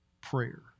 prayer